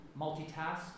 multitask